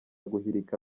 guhirika